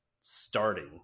starting